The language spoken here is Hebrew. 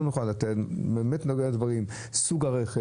אתה נוגע בפרטים: סוג הרכב,